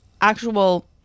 actual